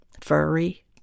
furry